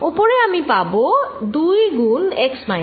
ওপরে আমি পাবো 2 গুন x মাইনাস x প্রাইম